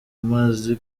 mazi